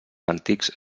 antics